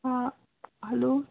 hello